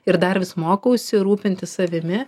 ir dar vis mokausi rūpintis savimi